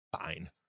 fine